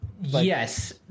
Yes